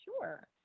Sure